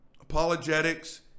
Apologetics